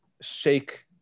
shake